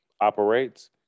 operates